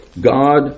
God